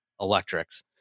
electrics